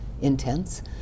intense